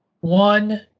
One